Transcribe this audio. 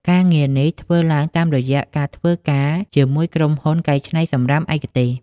ការងារនេះធ្វើឡើងតាមរយៈការធ្វើការជាមួយក្រុមហ៊ុនកែច្នៃសំរាមឯកទេស។